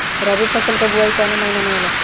रबी फसल क बुवाई कवना महीना में होला?